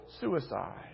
suicide